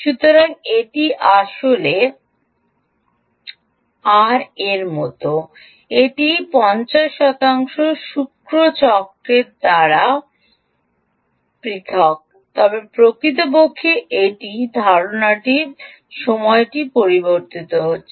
সুতরাং এটি আসলে আর এর মতো নয় এটি 50 শতাংশ শুল্কচক্রের সাথে নয় তবে প্রকৃতপক্ষে এই ধরণের সময়টি পরিবর্তিত হচ্ছে